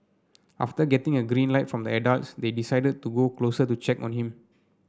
after getting a green light from the adults they decided to go closer to check on him